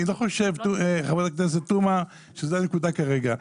אני לא חושב, חברת הכנסת תומא, שזה הנקודה כרגע.